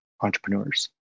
entrepreneurs